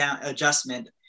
adjustment